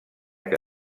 que